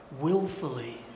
Willfully